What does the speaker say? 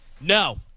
No